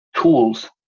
tools